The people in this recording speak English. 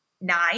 nine